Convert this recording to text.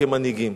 כמנהיגים.